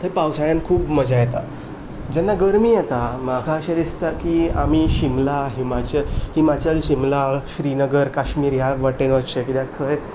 थंय पावसाळ्यांत खूब मजा येता जेन्ना गरमी येता म्हाका अशें दिसता की आमी शिमला हिमाचल हिमाचल शिमला श्रीनगर काश्मीर ह्या वाटेन वच्चें कित्याक थंय